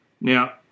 Now